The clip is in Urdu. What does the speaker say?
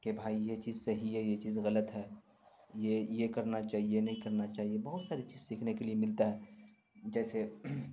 کہ بھائی یہ چیز صحیح ہے یہ چیز غلط ہے یہ یہ کرنا چاہیے نہیں کرنا چاہیے بہت ساری چیز سیکھنے کے لیے ملتا ہے جیسے